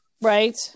right